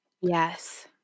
Yes